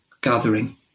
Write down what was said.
gathering